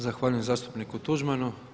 Zahvaljujem zastupniku Tuđmanu.